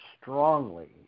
strongly